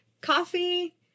coffee